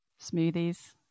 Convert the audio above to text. smoothies